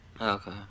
Okay